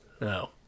No